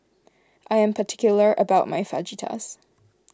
I am particular about my Fajitas